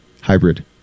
hybrid